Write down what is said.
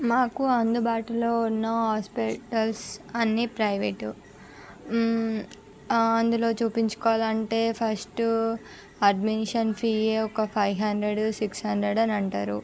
మాకు అందుబాటులో ఉన్న హాస్పిటల్స్ అన్ని ప్రైవేట్ అందులో చూపించుకోవాలంటే ఫస్ట్ అడ్మిషన్ ఫీ ఒక ఫైవ్ హండ్రెడ్ సిక్స్ హండ్రెడ్ అని అంటారు